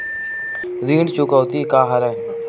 ऋण चुकौती का हरय?